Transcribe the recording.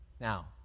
Now